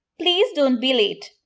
please don't be late,